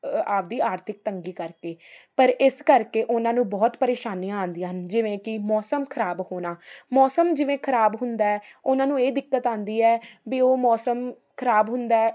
ਆਪਦੀ ਆਰਥਿਕ ਤੰਗੀ ਕਰਕੇ ਪਰ ਇਸ ਕਰਕੇ ਉਹਨਾਂ ਨੂੰ ਬਹੁਤ ਪਰੇਸ਼ਾਨੀਆਂ ਆਉਂਦੀਆਂ ਹਨ ਜਿਵੇਂ ਕਿ ਮੌਸਮ ਖਰਾਬ ਹੋਣਾ ਮੌਸਮ ਜਿਵੇਂ ਖਰਾਬ ਹੁੰਦਾ ਉਹਨਾਂ ਨੂੰ ਇਹ ਦਿੱਕਤ ਆਉਂਦੀ ਹੈ ਵੀ ਉਹ ਮੌਸਮ ਖਰਾਬ ਹੁੰਦਾ